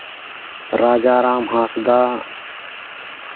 Rajaram Hansda